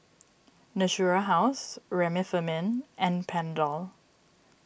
Natura House Remifemin and Panadol